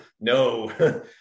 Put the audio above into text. no